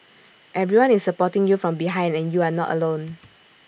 everyone is supporting you from behind and you are not alone